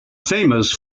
famous